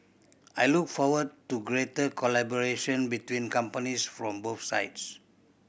I look forward to greater collaboration between companies from both sides